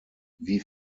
wie